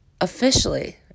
officially